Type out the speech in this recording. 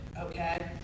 okay